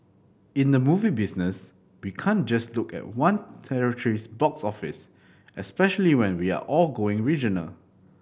in the movie business we can't just look at one territory's box office especially when we are all going regional